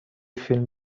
فیلم